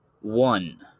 One